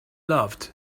loved